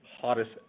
hottest